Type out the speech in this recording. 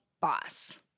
boss